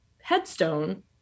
headstone